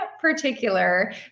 particular